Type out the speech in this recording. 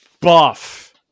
buff